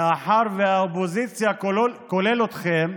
מאחר שהאופוזיציה, כולל אתכם,